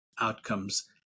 outcomes